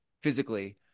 physically